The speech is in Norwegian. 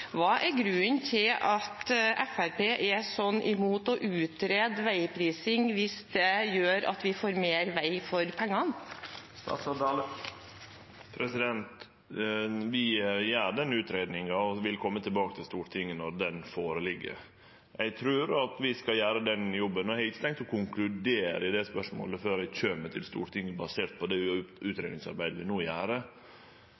Hva er grunnen til at Fremskrittspartiet er så imot å utrede veiprising hvis det gjør at vi får mer vei for pengene? Vi gjer denne utgreiinga og vil kome tilbake til Stortinget når den ligg føre. Vi skal gjere den jobben, og eg har ikkje tenkt å konkludere i det spørsmålet før eg kjem til Stortinget basert på det